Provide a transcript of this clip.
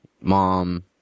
mom